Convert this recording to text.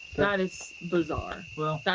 that is bizarre.